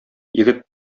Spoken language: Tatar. егет